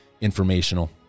informational